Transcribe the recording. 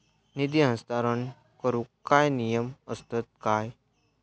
निधी हस्तांतरण करूक काय नियम असतत काय?